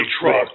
truck